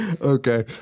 Okay